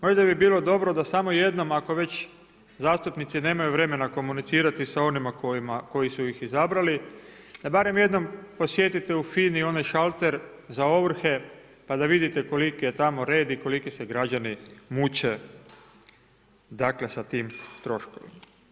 Možda bi bilo dobro, da samo jednom, ako već, zastupnici nemaju vremena komunicirati s onima koji u ga izabrali, da barem jednom posjetite u FINA-i onaj šalter za ovrhe, pa da vidite koliki je tamo red i koliki se građani muče s tim troškovima.